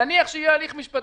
נניח שיהיה הליך משפטי,